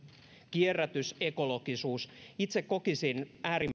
kierrätys ekologisuus itse kokisin